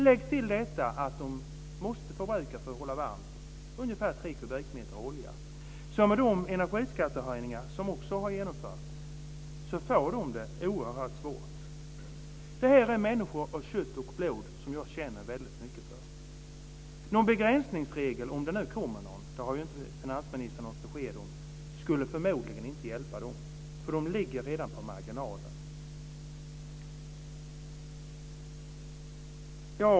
Lägg till detta att de för att hålla varmt måste förbruka ungefär 3 kubikmeter olja. I och med de energiskattehöjningar som också har genomförts får de det oerhört svårt. Det här är människor av kött och blod som jag känner väldigt mycket för. Om det nu kommer någon begränsningsregel - finansministern har ju inte gett något besked om det - skulle det förmodligen inte hjälpa dem. De ligger redan på marginalen.